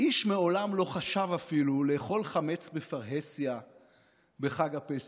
איש מעולם אפילו לא חשב לאכול חמץ בפרהסיה בחג הפסח.